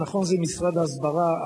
נכון שזה משרד ההסברה,